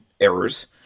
errors